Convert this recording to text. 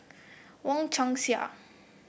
Wong Chong Sai